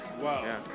wow